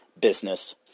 business